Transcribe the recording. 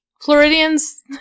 Floridians